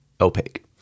opaque